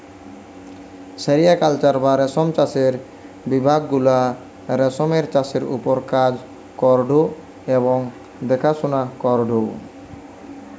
sericulture বা রেশম চাষের বিভাগ গুলা রেশমের চাষের ওপর কাজ করঢু এবং দেখাশোনা করঢু